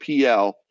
PL